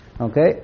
okay